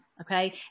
Okay